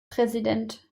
präsident